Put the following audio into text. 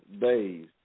days